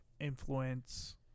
influence